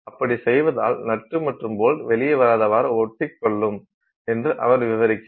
அப்படி செய்வதால் நட்டு மற்றும் போல்ட் வெளியே வராதவாறு ஒட்டிக்கொள்ளும் என்று அவர் விவரிக்கிறார்